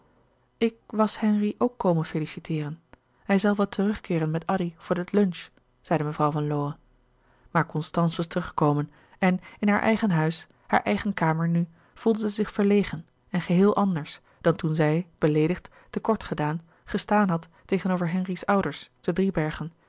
ik was henri ook komen feliciteeren hij zal wel terugkeeren met addy voor het lunch zeide mevrouw van lowe maar constance was terug gekomen en in haar eigen huis haar eigen kamer nu voelde zij zich verlegen en geheel anders dan toen zij beleedigd te kort gedaan gestaan had tegenover henri's ouders te driebergen